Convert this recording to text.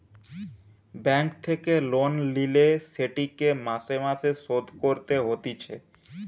bank থেকে loan লিলে সেটিকে মাসে মাসে শোধ করতে হতিছে